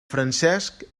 francesc